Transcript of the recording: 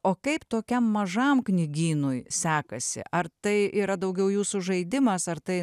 o kaip tokiam mažam knygynui sekasi ar tai yra daugiau jūsų žaidimas ar tai